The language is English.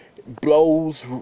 blows